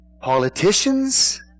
politicians